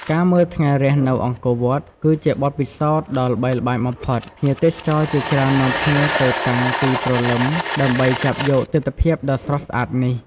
ការមើលថ្ងៃរះនៅអង្គរវត្ត គឺជាបទពិសោធន៍ដ៏ល្បីល្បាញបំផុត ភ្ញៀវទេសចរជាច្រើននាំគ្នាទៅតាំងពីព្រលឹមដើម្បីចាប់យកទិដ្ឋភាពដ៏ស្រស់ស្អាតនេះ។